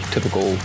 typical